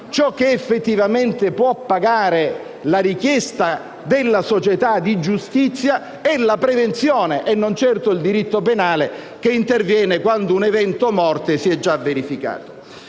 ciò che effettivamente può pagare la richiesta di giustizia della società è la prevenzione e non certo il diritto penale, che interviene quando un evento o la morte si sono già verificati.